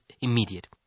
immediate